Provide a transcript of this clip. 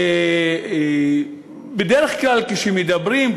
בדרך כלל כשמדברים,